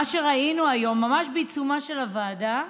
מה שראינו היום ממש בעיצומה של הוועדה,